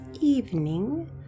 evening